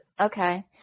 Okay